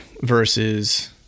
versus